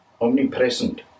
omnipresent